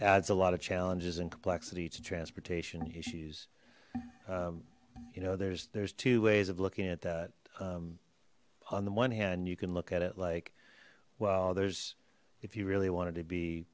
adds a lot of challenges and complexity to transportation issues you know there's there's two ways of looking at that on the one hand you can look at it like well there's if you really wanted to be